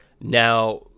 Now